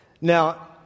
Now